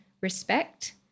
respect